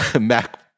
Mac